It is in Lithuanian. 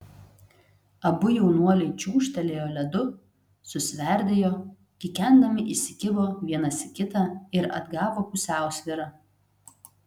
abu jaunuoliai čiūžtelėjo ledu susverdėjo kikendami įsikibo vienas į kitą ir atgavo pusiausvyrą